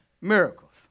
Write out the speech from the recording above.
miracles